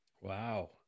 wow